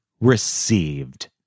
received